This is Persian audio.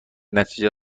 نتیجه